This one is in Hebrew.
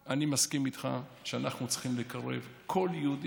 אני מסכים איתך שאנחנו צריכים לקרב כל יהודי